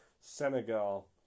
Senegal